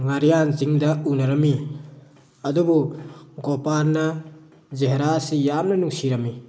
ꯉꯥꯔꯤꯌꯥꯟ ꯆꯤꯡꯗ ꯎꯅꯔꯝꯃꯤ ꯑꯗꯨꯕꯨ ꯒꯣꯄꯥꯟꯅ ꯖꯍꯦꯔꯥ ꯑꯁꯤ ꯌꯥꯝꯅ ꯅꯨꯡꯁꯤꯔꯝꯃꯤ